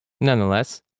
nonetheless